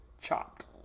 chopped